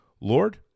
Lord